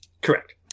Correct